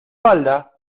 falda